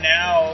now